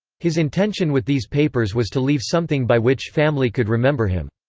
his intention with these papers was to leave something by which family could remember him.